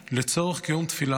לצורך קיום תפילה,